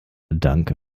danke